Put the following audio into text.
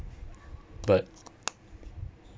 but